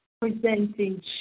presenting